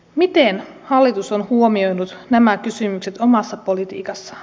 miten hallitus on huomioinut nämä kysymykset omassa politiikassaan